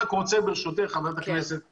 חברת הכנסת חיימוביץ',